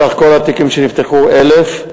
סך כל התיקים שנפתחו, 1,000,